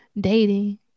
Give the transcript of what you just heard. dating